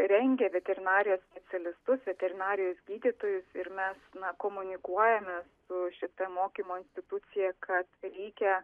rengia veterinarijos specialistus veterinarijos gydytojus ir mes na komunikuojame su šita mokymo institucija kad reikia